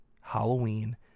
halloween